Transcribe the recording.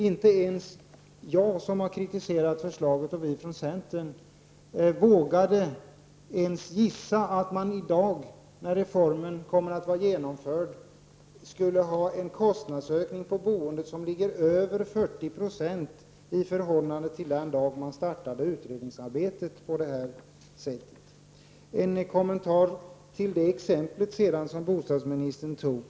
Inte ens jag och vi från centern som har kritiserat förslaget vågade ens gissa att man i dag, när reformen genomförs, skulle ha en kostnadsökning på boendet på över 40 % i förhållande till den dag då utredningsarbetet startade. Sedan en kommentar till det exempel som bostadsministern tog.